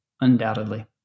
Undoubtedly